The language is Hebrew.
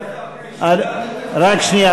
רק שנייה,